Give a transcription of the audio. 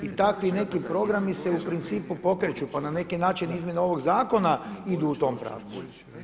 I takvi neki programi se u principu pokreću pa na neki način izmjene ovog zakona idu u tom pravcu.